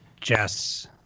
Jess